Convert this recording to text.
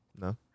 No